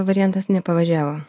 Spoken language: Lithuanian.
variantas nepavažiavo